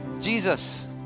Jesus